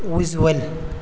visual